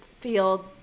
feel